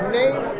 name